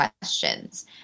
questions